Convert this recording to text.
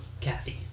Kathy